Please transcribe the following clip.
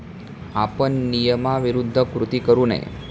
आपण नियमाविरुद्ध कृती करू नये